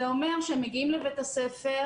זה אומר שהם מגיעים לבית הספר.